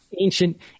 ancient